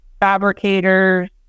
fabricators